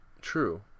True